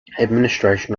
administration